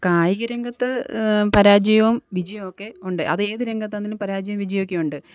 കായികരംഗത്ത് പരാജയവും വിജയവുമൊക്കെ ഉണ്ട് അതേത് രംഗത്താന്നേലും പരാജയവും വിജയവുമൊക്കെ ഉണ്ട്